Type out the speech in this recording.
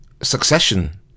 succession